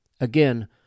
Again